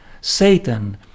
Satan